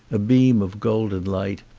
a beam of golden light,